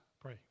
pray